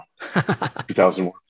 2001